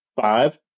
five